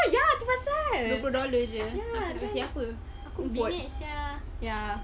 ya itu pasal bedek sia